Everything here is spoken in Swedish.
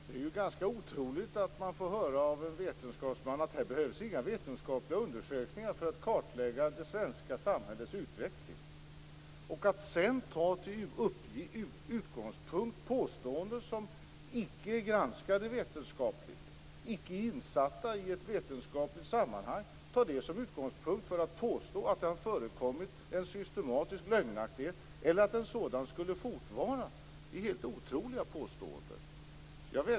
Fru talman! Det är ganska otroligt att man får höra av en vetenskapsman att det inte behövs några vetenskapliga undersökningar för att kartlägga det svenska samhällets utveckling. Att ta påståenden som icke är vetenskapligt granskade och icke är insatta i ett vetenskapligt sammanhang som utgångspunkt för att påstå att det har förekommit en systematisk lögnaktighet, eller att en sådan skulle fortvara, är helt otroligt.